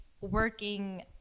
working